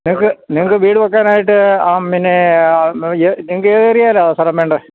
നിങ്ങള്ക്ക് നിങ്ങള്ക്ക് വീട് വെയ്ക്കാനായിട്ട് ആ പിന്നെ നിങ്ങള്ക്ക് ഏത് ഏരിയയിലാണ് സ്ഥലം വേണ്ടത്